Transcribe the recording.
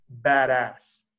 badass